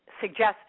suggest